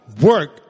work